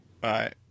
Bye